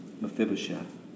Mephibosheth